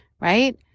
right